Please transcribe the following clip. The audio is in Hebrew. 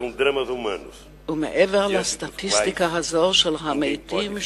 ומעבר לסטטיסטיקה הזו של המתים,